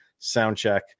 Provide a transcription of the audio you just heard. soundcheck